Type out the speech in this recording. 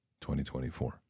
2024